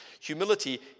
Humility